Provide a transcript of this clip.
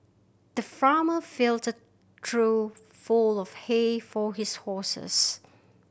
the farmer filled the trough full of hay for his horses